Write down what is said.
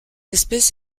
espèce